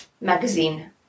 magazine